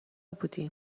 بودیم